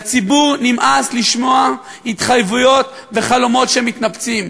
לציבור נמאס לשמוע התחייבויות וחלומות שמתנפצים,